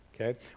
Okay